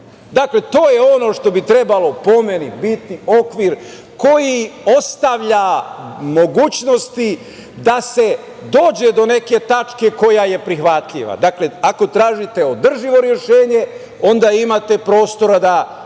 rešenje. To je ono što bi trebalo, po meni, biti okvir koji ostavlja mogućnosti da se dođe do neke tačke koja je prihvatljiva. Dakle, ako tražite održivo rešenje, onda imate prostora da